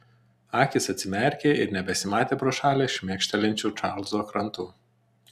akys atsimerkė ir nebesimatė pro šalį šmėkštelinčių čarlzo krantų